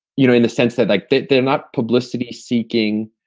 you know, in the sense that like that they're not publicity seeking.